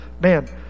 Man